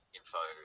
info